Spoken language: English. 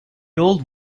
old